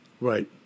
Right